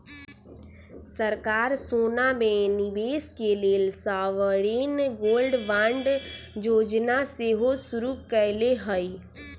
सरकार सोना में निवेश के लेल सॉवरेन गोल्ड बांड जोजना सेहो शुरु कयले हइ